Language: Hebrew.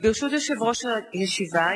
ברשות יושב-ראש הישיבה,